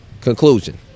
Conclusion